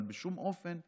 אבל בשום אופן לא,